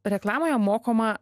reklamoje mokoma